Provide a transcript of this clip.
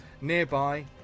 nearby